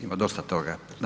Ima dosta toga.